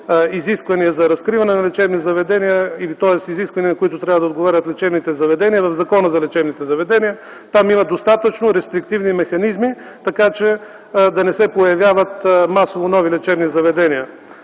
изисквания за разкриване на лечебни заведения, тоест изисквания, на които трябва да отговарят лечебните заведения в Закона за лечебните заведения. Там има достатъчно рестриктивни механизми, така че да не се появяват масово нови лечебни заведения.